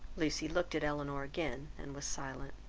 lucy looked at elinor again, and was silent.